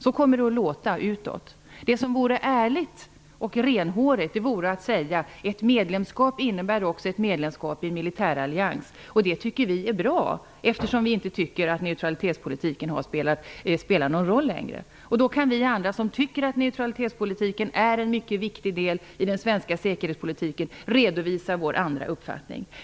Så kommer det att låta utåt. Det vore ärligare och mer renhårigt att säga: Ett medlemskap innebär också ett medlemskap i en militärallians. Det tycker vi är bra, eftersom vi inte tycker att neutralitetspolitiken längre spelar någon roll. Då kan alla vi som tycker att neutralitetspolitiken är en mycket viktig del i den svenska säkerhetspolitiken redovisa vår uppfattning.